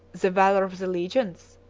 the valor of the legions?